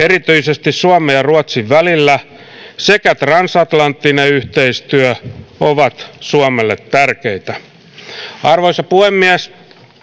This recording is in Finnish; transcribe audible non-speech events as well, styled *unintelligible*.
*unintelligible* erityisesti suomen ja ruotsin välillä sekä transatlanttinen yhteistyö ovat suomelle tärkeitä arvoisa puhemies